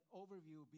overview